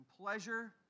pleasure